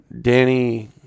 Danny